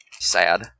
sad